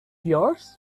yours